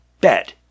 bed